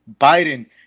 Biden